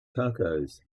tacos